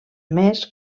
més